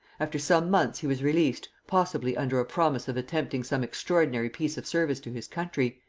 after some months he was released, possibly under a promise of attempting some extraordinary piece of service to his country,